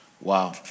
Wow